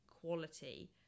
quality